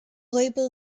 label